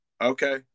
Okay